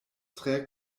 tre